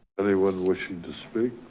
and they wasn't wishing to speak.